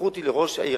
הסמכות היא של ראש העיר.